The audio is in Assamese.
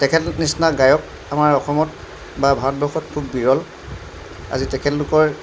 তেখেতলোক নিচিনা গায়ক আমাৰ অসমত বা ভাৰতবৰ্ষত খুব বিৰল আজি তেখেতলোকৰ